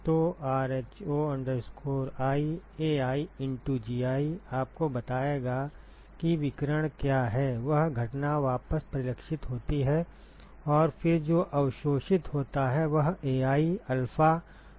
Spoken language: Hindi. तो rho i Ai into Gi आपको बताएगा कि विकिरण क्या है वह घटना वापस परिलक्षित होती है और फिर जो अवशोषित होता है वह Ai alpha i Gi है